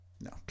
no